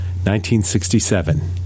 1967